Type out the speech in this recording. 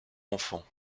enfants